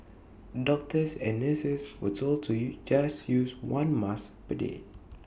doctors and nurses were told to U just use one mask per day